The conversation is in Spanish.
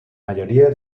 mayoría